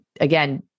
again